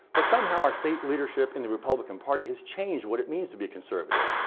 but somehow our state leadership in the republican party has changing what it means to be conservative.